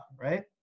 Right